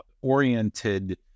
oriented